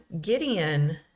Gideon